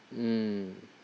mm